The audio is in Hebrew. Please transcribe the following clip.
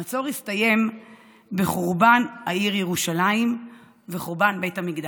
המצור הסתיים בחורבן העיר ירושלים ובחורבן בית המקדש.